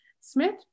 smith